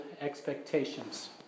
expectations